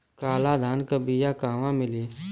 काला धान क बिया कहवा मिली?